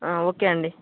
okay అండి